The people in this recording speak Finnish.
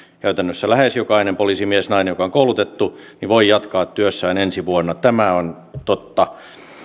käytännössä lähes jokainen poliisimies ja nainen joka on koulutettu voi jatkaa työssään ensi vuonna tämä on totta